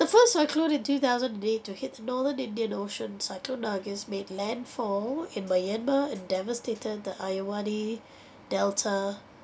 the first cyclone in two thousand and eight to hit the northern indian ocean cyclone nargis made landfall in myanmar and devastated the irrawaddy delta